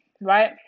right